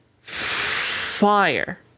fire